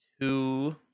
two